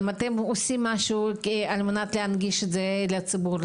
האם אתם עושים משהו על מנת להנגיש את זה לציבור,